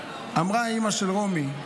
אימא של רומי: